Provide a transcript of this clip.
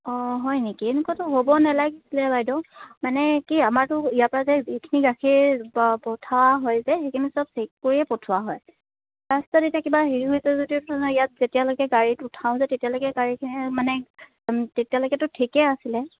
অঁ হয় নেকি এনেকুৱাতো হ'ব নেলাগিছিলে বাইদেউ মানে কি আমাৰতো ইয়াৰ পৰা যে যিখিনি গাখীৰ পঠোৱা হয় যে সেইখিনি চব চেক কৰিয়ে পঠোৱা হয় ৰাস্তাত এতিয়া কিবা হেৰি হৈছে যদি ইয়াত যেতিয়ালৈকে গাড়ীত উঠাওঁ যে তেতিয়ালৈকে গাড়ীখন মানে তেতিয়ালৈকেতো ঠিকে আছিলে